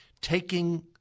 taking